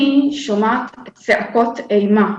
שמעתי צעקות אימה.